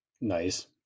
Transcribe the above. Nice